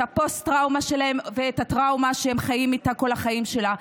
את הפוסט-טראומה שלהם ואת הטראומה שהם חיים איתה כל החיים שלהם.